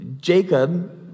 Jacob